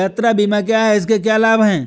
यात्रा बीमा क्या है इसके क्या लाभ हैं?